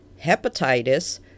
hepatitis